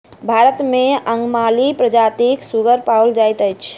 भारत मे अंगमाली प्रजातिक सुगर पाओल जाइत अछि